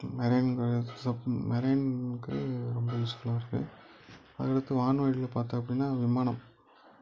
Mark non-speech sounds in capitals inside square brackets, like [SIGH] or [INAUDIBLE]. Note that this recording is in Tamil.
மெரைன் [UNINTELLIGIBLE] மெரைனுக்கு ரொம்ப யூஸ்ஃபுல்லாக இருக்குது அடுத்து வான்வழியில் பார்த்தோம் அப்படின்னா விமானம்